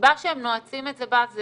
הסיבה שהם נועצים את זה בה זה